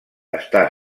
està